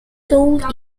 sold